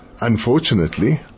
Unfortunately